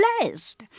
blessed